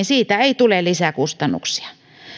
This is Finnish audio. siitä ei tule lisäkustannuksia